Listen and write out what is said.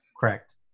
Correct